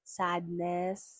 sadness